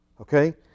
Okay